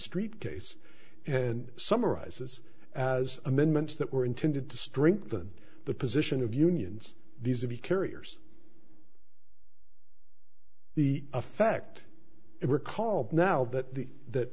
street case and summarizes as amendments that were intended to strengthen the position of unions these are the carriers the effect it recall now that the that